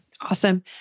Awesome